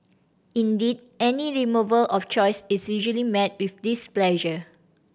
indeed any removal of choice is usually met with displeasure